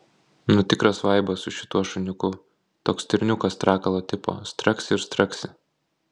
nu tikras vaibas su šituo šuniuku toks stirniukas strakalo tipo straksi ir straksi